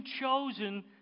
chosen